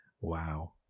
wow